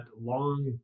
long